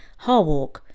Harwalk